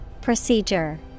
Procedure